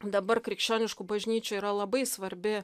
dabar krikščioniškų bažnyčių yra labai svarbi